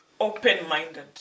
open-minded